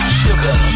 sugar